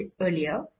earlier